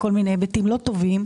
בכל מיני היבטים לא טובים.